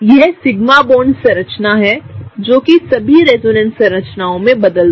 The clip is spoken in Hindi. यह सिग्मा बॉन्ड संरचना जो कि सभी रेजोनेंस संरचनाओं मैं नहीं बदलती